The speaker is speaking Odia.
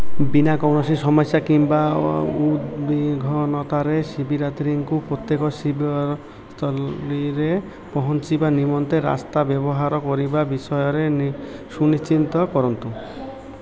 ବିନା କୌଣସି ସମସ୍ୟା କିମ୍ବା ଉଦ୍ବିଘ୍ନରେ ଶିବିରାତ୍ରିଙ୍କୁ ପ୍ରତ୍ୟେକ ଶୈବ ସ୍ଥଳୀରେ ପହଞ୍ଚିବା ନିମନ୍ତେ ରାସ୍ତା ବ୍ୟବହାର କରିବା ବିଷୟରେ ନି ସୁନିଶ୍ଚିତ କରନ୍ତୁ